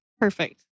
Perfect